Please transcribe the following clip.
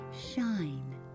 shine